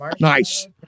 Nice